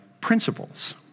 principles